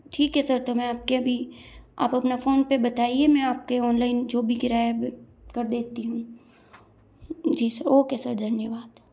ठीक है सर तो मैं आप के अभी आप अपना फ़ोन पे बताइए मैं आप को ऑनलाइन जो भी किराया कर देती हूँ जी सर ओके सर धन्यवाद